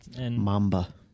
Mamba